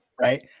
right